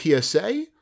PSA